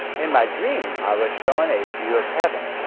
in my dream, i was shown a view of heaven.